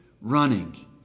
running